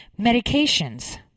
medications